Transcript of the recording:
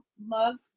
mug